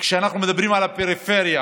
וכשאנחנו מדברים על הפריפריה